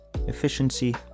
efficiency